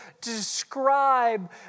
describe